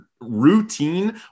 routine